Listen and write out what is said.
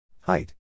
Height